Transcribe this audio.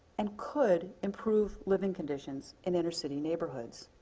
and could improve living conditions in inner city neighborhoods.